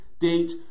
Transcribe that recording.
date